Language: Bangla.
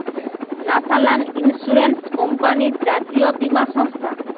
ন্যাশনাল ইন্সুরেন্স কোম্পানি জাতীয় বীমা সংস্থা